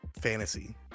fantasy